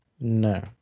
No